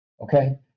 okay